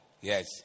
Yes